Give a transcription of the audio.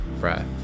breath